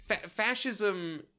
Fascism